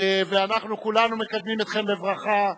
ואנחנו כולנו מקדמים אתכן בברכה,